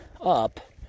up